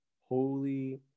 Holy